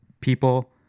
people